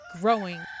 growing